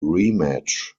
rematch